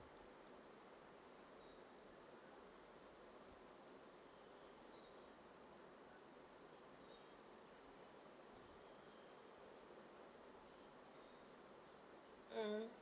mm